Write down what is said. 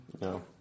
No